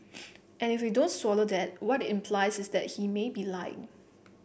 and if we don't swallow that what it implies is that he may be lying